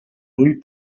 ull